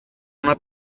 una